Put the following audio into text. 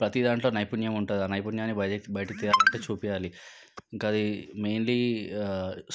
ప్రతి దాంట్లో నైపుణ్యం ఉంటుంది ఆ నైపుణ్యాన్ని బ బయటికి తీయాలి చూపించాలి ఇంకా అది మెయిన్లీ